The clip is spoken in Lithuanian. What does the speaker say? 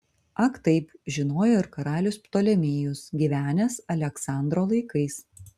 ak taip žinojo ir karalius ptolemėjus gyvenęs aleksandro laikais